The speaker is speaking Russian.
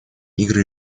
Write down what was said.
игры